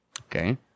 Okay